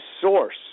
source